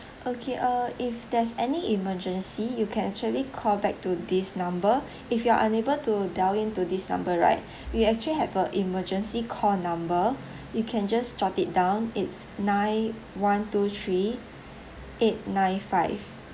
okay uh if there's any emergency you can actually call back to this number if you are unable to dial into this number right we actually have a emergency call number you can just jot it down it's nine one two three eight nine five